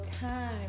time